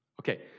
Okay